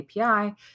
API